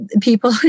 people